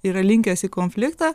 yra linkęs į konfliktą